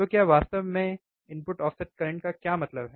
तो क्या वास्तव में इनपुट ऑफसेट करंट का क्या मतलब है